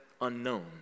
unknown